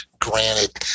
granted